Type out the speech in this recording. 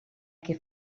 que